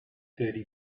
thirty